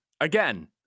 Again